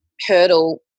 hurdle